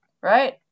right